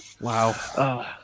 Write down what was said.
Wow